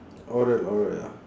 oral oral ya